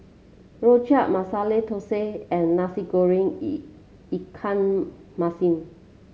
Rojak Masala Thosai and Nasi Goreng Ikan Masin